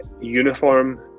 uniform